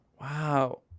Wow